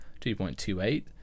2.28